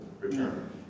return